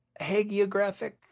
hagiographic